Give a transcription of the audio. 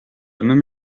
même